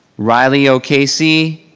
riley o'casey.